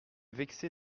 vexé